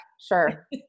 sure